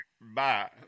Bye